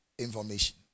information